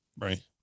Right